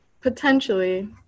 Potentially